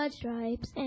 stripes